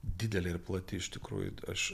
didelė ir plati iš tikrųjų aš